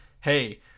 hey